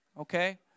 okay